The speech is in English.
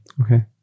Okay